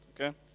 Okay